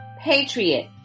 patriot